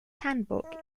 handbook